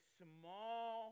small